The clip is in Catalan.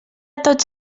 tots